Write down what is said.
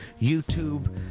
YouTube